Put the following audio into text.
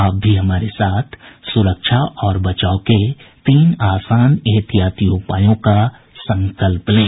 आप भी हमारे साथ सुरक्षा और बचाव के तीन आसान एहतियाती उपायों का संकल्प लें